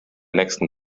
nächsten